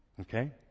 Okay